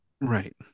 right